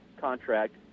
contract